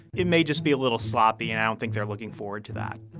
it may just be a little sloppy. and i don't think they're looking forward to that